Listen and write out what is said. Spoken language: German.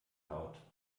laut